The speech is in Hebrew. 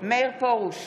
מאיר פרוש,